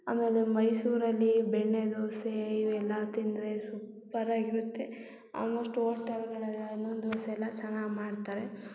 ಆಮೇಲೆ ಮೈಸೂರಲ್ಲಿ ಬೆಣ್ಣೆ ದೋಸೆ ಇವೆಲ್ಲ ತಿಂದರೆ ಸೂಪರ್ ಆಗಿರುತ್ತೆ ಆಲ್ಮೋಶ್ಟ್ ಓಟೆಲ್ಗಳು ಎಲ್ಲನು ದೋಸೆ ಎಲ್ಲ ಚೆನ್ನಾಗಿ ಮಾಡ್ತಾರೆ